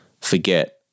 forget